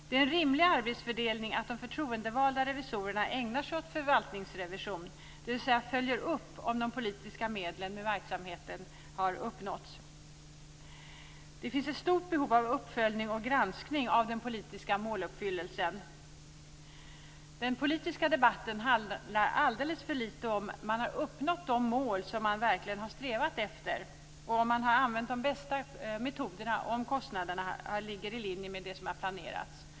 Det är en rimlig arbetsfördelning att de förtroendevalda revisorerna ägnar sig åt förvaltningsrevision, dvs. följer upp om de politiska målen med verksamheten har uppnåtts. Det finns ett stort behov av uppföljning och granskning av den politiska måluppfyllelsen. Den politiska debatten handlar alldeles för lite om ifall man har uppnått de mål man har strävat efter och om man har använt de bästa metoderna samt om kostnaderna ligger i linje med det som har planerats.